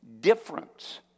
Difference